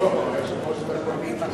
לא, יושב-ראש הקואליציה.